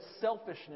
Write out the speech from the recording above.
selfishness